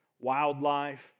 wildlife